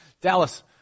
Dallas